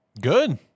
Good